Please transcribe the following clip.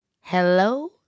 Hello